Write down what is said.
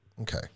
Okay